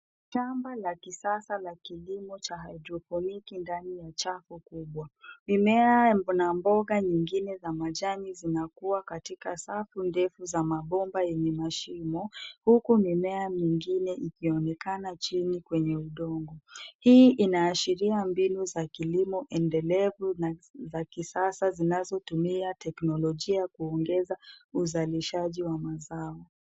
Shamba la kisasa la kilimo cha haidroponiki ndani ya chafu kubwa. Mimea na mboga nyingine za majani zinakua katika safu ndefu za mabomba yenye mashimo, huku mimea mingine ikionekana chini kwenye udongo. Hii inaashiria mbinu za kilimo endelevu na za kisasa zinazotumia teknolojia kuongeza uzalishaji wa mazao.